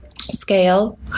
scale